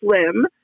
slim